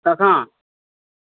कखन